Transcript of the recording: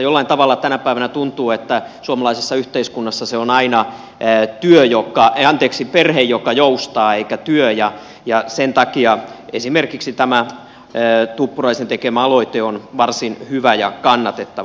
jollain tavalla tänä päivänä tuntuu että suomalaisessa yhteiskunnassa se on aina perhe joka joustaa eikä työ ja sen takia esimerkiksi tämä tuppuraisen tekemä aloite on varsin hyvä ja kannatettava